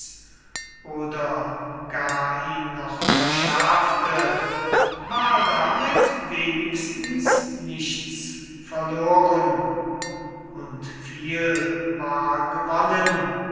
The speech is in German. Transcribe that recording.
oder gar ihn noch verschärfte war damit wenigstens nichts verloren und viel war gewonnen